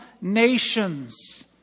nations